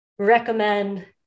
recommend